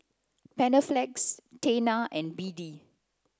Panaflex Tena and B D